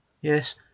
Yes